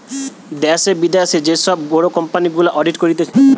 দ্যাশে, বিদ্যাশে যে সব বড় কোম্পানি গুলা অডিট করতিছে